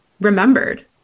remembered